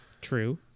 True